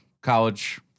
college